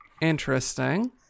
interesting